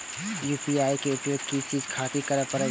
UPI के उपयोग किया चीज खातिर करें परे छे?